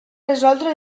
resoldre